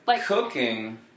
cooking